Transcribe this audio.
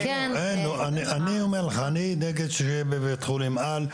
אני אומר לך: אני נגד שיהיה בבית חולים על.